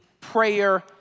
prayer